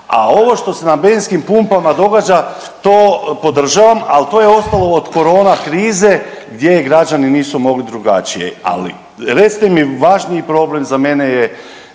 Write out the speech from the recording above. A ovo što se na benzinskim pumpama događa to podržavam, al to je ostalo od korona krize gdje građani nisu mogli drugačije. Ali recite mi, važniji problem za mene je